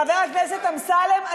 חבר הכנסת אמסלם,